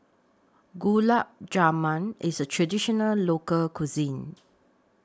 Gulab Jamun IS A Traditional Local Cuisine